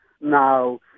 Now